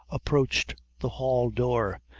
approached the hall door,